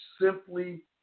simply